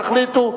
תחליטו.